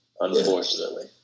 unfortunately